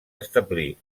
establir